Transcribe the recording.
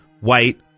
white